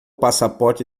passaporte